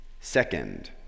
Second